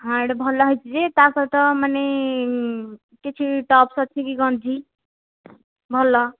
ହଁ ଏଇଟା ଭଲ ହୋଇଛି ଯେ ତା' ସହିତ ମାନେ କିଛି ଟପ୍ସ୍ ଅଛି କି ଗଞ୍ଜି ଭଲ